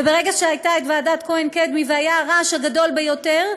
וברגע שהייתה ועדת כהן-קדמי והיה הרעש הגדול ביותר,